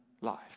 life